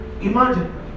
Imagine